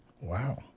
Wow